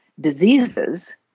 diseases